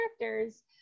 characters